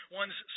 one's